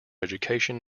education